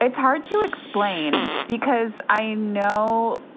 it's hard to explain because i know